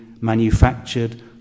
manufactured